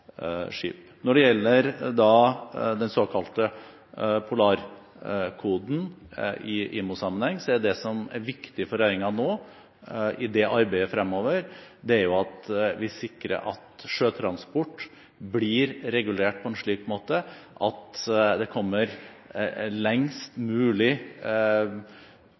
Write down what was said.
skip. Når det gjelder den såkalte polarkoden i IMO-sammenheng, er det som er viktig for regjeringen nå i det arbeidet fremover, at vi sikrer at sjøtransport blir regulert på en slik måte at den kommer lengst mulig